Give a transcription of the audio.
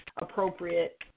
appropriate